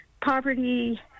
poverty